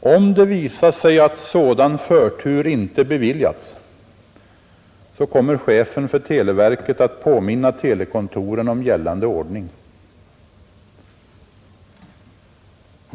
Om det visar sig att sådan förtur inte beviljas, kommer chefen för televerket att påminna telekontoren om gällande ordning.